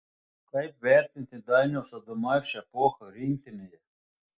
kaip vertinti dainiaus adomaičio epochą rinktinėje